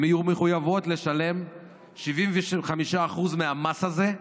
הן יהיו מחויבות לשלם 75% מהמס הזה,